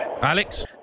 Alex